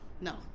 no